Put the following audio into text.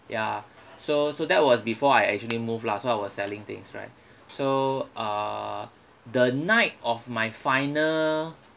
ya so so that was before I actually move lah so I was selling things right so uh the night of my final